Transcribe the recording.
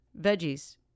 veggies